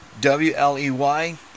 W-L-E-Y